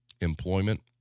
employment